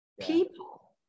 people